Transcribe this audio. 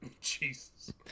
jesus